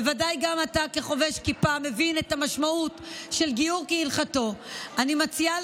בוודאי גם אתה כחובש כיפה מבין את המשמעות של גיור כהלכתו אני מציעה